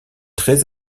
très